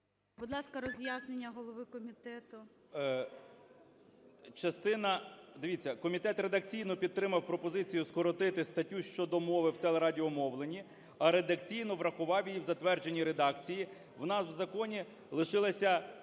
Будь ласка, роз'яснення голови комітету. 17:33:54 КНЯЖИЦЬКИЙ М.Л. Частина… Дивіться, комітет редакційно підтримав пропозицію скоротити статтю щодо мови в телерадіомовленні, а редакційно врахував її в затвердженій редакції. У нас в законі лишилася,